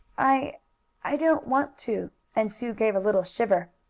i i don't want to, and sue gave a little shiver.